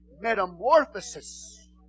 Metamorphosis